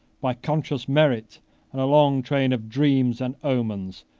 by conscious merit and a long train of dreams and omens,